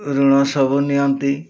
ଋଣ ସବୁ ନିଅନ୍ତି